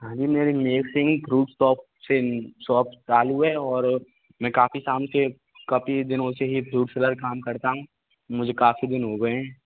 हाँ जी मेरी मेघ सिंह ग्रुप्स टॉप से शॉप डाले हुए है और मैं काफ़ी शाम से काफ़ी दिनों से ही फ्रूट्स सेलर करता हूँ मुझे काफ़ी दिन हो गए हैं